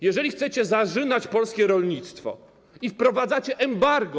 Jeżeli chcecie zarzynać polskie rolnictwo i wprowadzacie embargo.